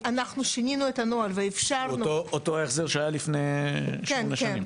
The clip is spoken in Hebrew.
אנחנו שינינו את הנוהל ואפשרנו --- אותו החזר שהיה לפני שמונה שנים.